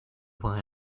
buy